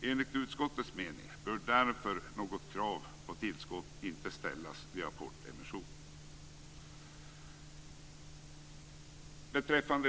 Enligt utskottets mening bör därför något krav på tillskott inte ställas vid apportemission.